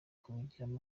kubigiramo